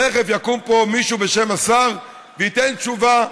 תכף יקום פה מישהו בשם השר וייתן תשובה,